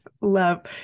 love